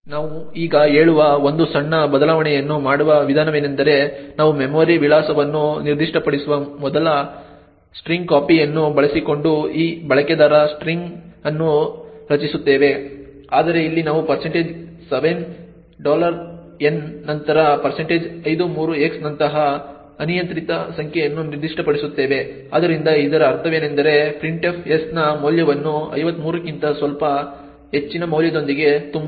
ನಾವು ಈಗ ಹೇಳುವ ಒಂದು ಸಣ್ಣ ಬದಲಾವಣೆಯನ್ನು ಮಾಡುವ ವಿಧಾನವೆಂದರೆ ನಾವು ಮೆಮೊರಿ ವಿಳಾಸವನ್ನು ನಿರ್ದಿಷ್ಟಪಡಿಸುವ ಮೊದಲು strcpy ಅನ್ನು ಬಳಸಿಕೊಂಡು ಈ ಬಳಕೆದಾರ ಸ್ಟ್ರಿಂಗ್ ಅನ್ನು ರಚಿಸುತ್ತೇವೆ ಆದರೆ ಇಲ್ಲಿ ನಾವು 7n ನಂತರ 53x ನಂತಹ ಅನಿಯಂತ್ರಿತ ಸಂಖ್ಯೆಯನ್ನು ನಿರ್ದಿಷ್ಟಪಡಿಸುತ್ತೇವೆ ಆದ್ದರಿಂದ ಇದರ ಅರ್ಥವೇನೆಂದರೆ printf s ನ ಮೌಲ್ಯವನ್ನು 53 ಕ್ಕಿಂತ ಸ್ವಲ್ಪ ಹೆಚ್ಚಿನ ಮೌಲ್ಯದೊಂದಿಗೆ ತುಂಬುತ್ತದೆ